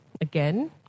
again